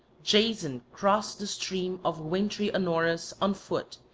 jason crossed the stream of wintry anaurus on foot,